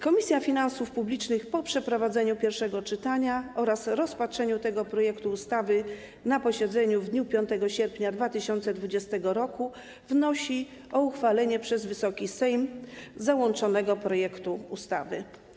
Komisja Finansów Publicznych po przeprowadzeniu pierwszego czytania oraz rozpatrzeniu tego projektu ustawy na posiedzeniu w dniu 5 sierpnia 2020 r. wnosi o uchwalenie przez Wysoki Sejm załączonego projektu ustawy.